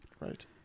Right